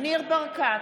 ניר ברקת,